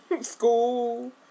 school